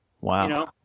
Wow